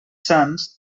sants